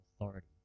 authority